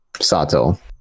sato